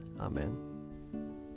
Amen